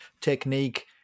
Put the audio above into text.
technique